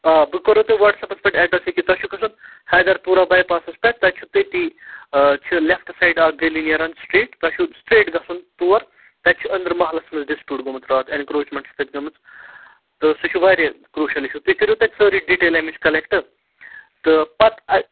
آ بہٕ کَرو تۄہہِ وَٹس اپَس پٮ۪ٹھ اٮ۪ڈرَس یٔکیٛاہ تۄہہِ چھُ گژھُن حیدر پوٗرا باے پاسَس پٮ۪ٹھ تَتہِ چھُ تٔتی چھِ لیٚفٹ سایڈ اَکھ گٔلی نیران سِٹرٛیٹ تۄہہِ چھُ سٹرٛیٹ گژھُن تور تَتہِ چھُ أنٛدرٕ محلَس منٛز ڈِسپیوٗٹ گوٚمُت راتھ ایٚنکروجمنٛٹ چھِ تَتہِ گٔمٕژ تہٕ سُہ چھُ واریاہ کروٗشَل اِشوٗ تُہۍ کٔرِو تَتہِ سٲری ڈِٹیل اَمِچ کَلٮ۪کٹ تہٕ پَتہٕ